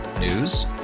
News